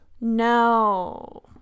No